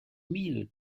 mille